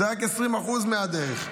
זה רק 20% מהדרך.